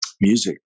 Music